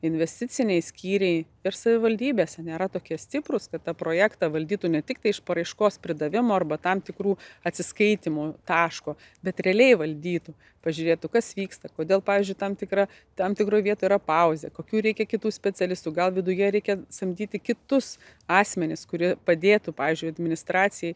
investiciniai skyriai ir savivaldybėse nėra tokie stiprūs kad tą projektą valdytų ne tiktai iš paraiškos perdavimo arba tam tikrų atsiskaitymo taško bet realiai valdytų pažiūrėtų kas vyksta kodėl pavyzdžiui tam tikra tam tikroj vietoj yra pauzė kokių reikia kitų specialistų gal viduje reikia samdyti kitus asmenis kurie padėtų pavyzdžiui administracijai